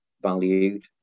valued